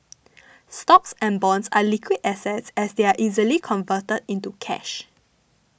stocks and bonds are liquid assets as they are easily converted into cash